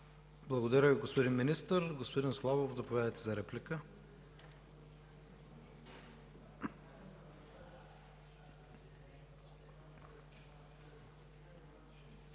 Благодаря Ви, господин Министър. Господин Славов, заповядайте за реплика.